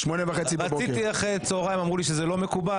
רציתי אחרי הצוהריים, ואמרו לי שזה לא מקובל.